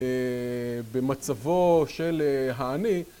במצבו של העני.